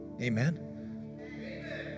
Amen